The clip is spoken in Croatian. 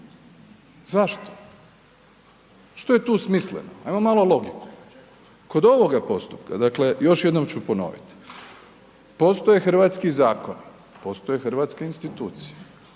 Zašto? Što je tu smisleno? Ajmo malo logike. Kod ovoga postupka, dakle još jednom ću ponoviti, postoje hrvatski zakoni, postoje hrvatske institucije,